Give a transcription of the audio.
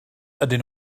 ydyn